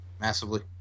Massively